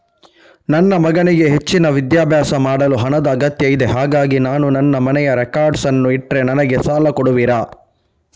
ನನ್ನ ಮಗನಿಗೆ ಹೆಚ್ಚಿನ ವಿದ್ಯಾಭ್ಯಾಸ ಮಾಡಲು ಹಣದ ಅಗತ್ಯ ಇದೆ ಹಾಗಾಗಿ ನಾನು ನನ್ನ ಮನೆಯ ರೆಕಾರ್ಡ್ಸ್ ಅನ್ನು ಇಟ್ರೆ ನನಗೆ ಸಾಲ ಕೊಡುವಿರಾ?